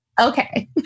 Okay